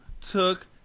took